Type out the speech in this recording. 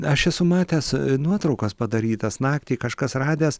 aš esu matęs nuotraukas padarytas naktį kažkas radęs